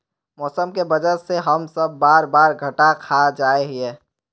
मौसम के वजह से हम सब बार बार घटा खा जाए हीये?